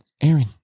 Aaron